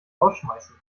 rausschmeißen